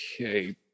Okay